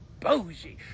bougie